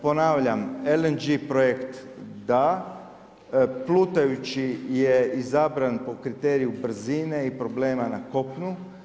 Ponavljam LNG projekt da, plutajući je izabran po kriteriju brzine i problema na kopnu.